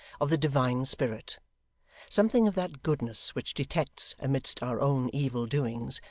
of the divine spirit something of that goodness which detects amidst our own evil doings,